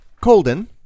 Colden